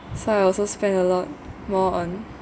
so I also spend a lot more on